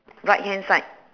right hand side